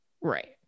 Right